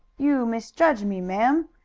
you misjudge me, madam.